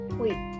wait